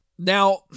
Now